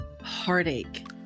heartache